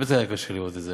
באמת היה קשה לראות את זה.